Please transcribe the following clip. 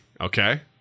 okay